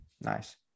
nice